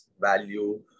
value